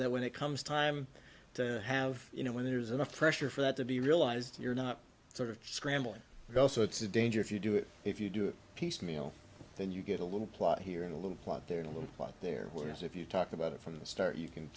that when it comes time to have you know when there's enough pressure for that to be realized you're not sort of scrambling though so it's a danger if you do it if you do it piecemeal then you get a little plot here and a little plot there a little plot there who knows if you talk about it from the start you can